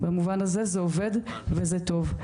במובן הזה זה עובד וזה טוב.